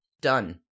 Done